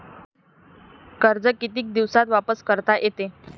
कर्ज कितीक दिवसात वापस करता येते?